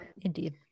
Indeed